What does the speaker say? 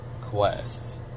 Quest